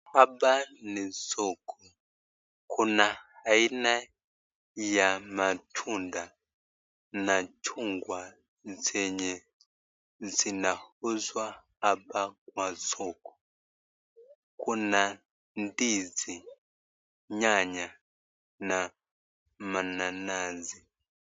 Hapa ni soko, kuna aina ya matunda na chungwa zenye zinauzwa hapa kwa soko, kuna ndizi, nyanya na mananasi.